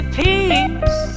peace